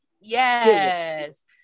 Yes